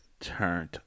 turned